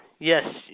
Yes